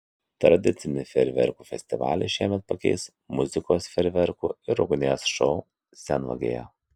tradicinį fejerverkų festivalį šiemet pakeis muzikos fejerverkų ir ugnies šou senvagėje